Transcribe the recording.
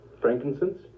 Frankincense